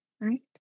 right